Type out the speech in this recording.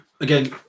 again